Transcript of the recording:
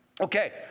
Okay